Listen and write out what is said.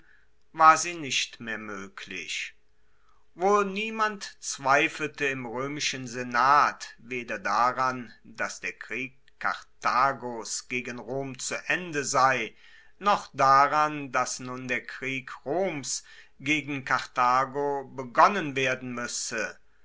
war sie nicht mehr moeglich wohl niemand zweifelte im roemischen senat weder daran dass der krieg karthagos gegen rom zu ende sei noch daran dass nun der krieg roms gegen karthago begonnen werden muesse